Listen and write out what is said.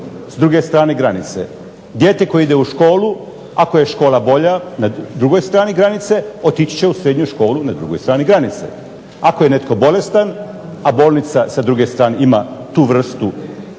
s druge strane granice. Dijete koje ide u školu, ako je škola bolja na drugoj strani granice, otići će u srednju školu na drugoj strani granice. Ako je netko bolestan, a bolnica s druge strane ima tu vrstu